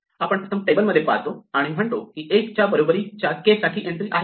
आपण प्रथम टेबलमध्ये पाहतो आणि म्हणतो की 1 च्या बरोबरीच्या k साठी एंट्री आहे का